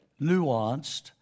nuanced